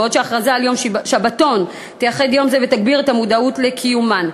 בעוד הכרזה על יום שבתון תייחד יום זה ותגביר את המודעות לקיומן.